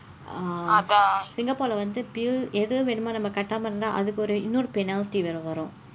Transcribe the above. ah Singapore இல் வந்து:il vanthu bill எதுவும் கட்டாமல் இருந்தால் அதுக்கு ஒரு இன்னொரு:ethuvum kaatdaamal irundthaal athukku oru innoru penalty வேற வரும்:veera varum